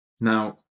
Now